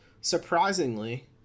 surprisingly